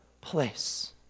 place